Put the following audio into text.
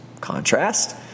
contrast